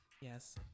Yes